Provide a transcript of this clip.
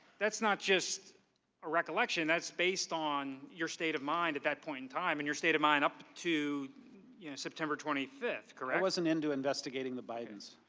that's not just a recollection, that's based on your state of mind at that point in time. and your state of mind up to you know september twenty five. i wasn't into investigating the bidens.